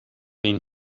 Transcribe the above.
been